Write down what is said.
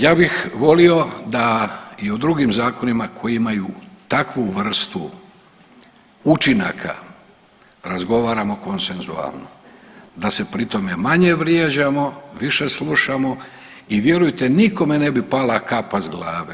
Ja bih volio da i u drugim zakonima koji imaju takvu vrstu učinaka razgovaramo konsenzualno, da se pri tome manje vrijeđamo, više slušamo i vjerujte nikome ne bi pala kapa s glave.